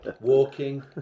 Walking